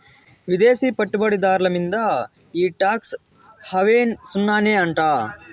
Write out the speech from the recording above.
విదేశీ పెట్టుబడి దార్ల మీంద ఈ టాక్స్ హావెన్ సున్ననే అంట